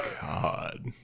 god